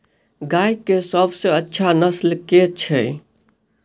गाय केँ सबसँ अच्छा नस्ल केँ छैय?